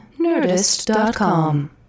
Nerdist.com